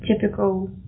typical